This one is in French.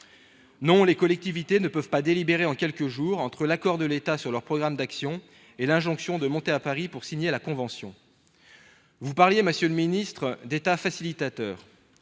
Non, les collectivités ne peuvent pas délibérer en quelques jours, entre l'accord de l'État sur leur programme d'actions et l'injonction de monter à Paris pour signer la convention ! Vous parliez d'État facilitateur,